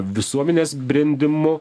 visuomenės brendimu